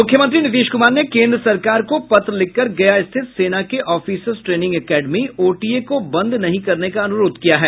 मूख्यमंत्री नीतीश कुमार ने केन्द्र सरकार को पत्र लिखकर गया स्थित सेना के ऑफिसर्स ट्रेनिंग एकेडमी ओटीए को बंद नहीं करने का अनुरोध किया है